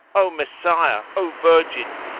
o messiah! o virgin!